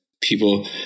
people